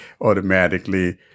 automatically